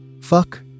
fuck